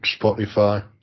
Spotify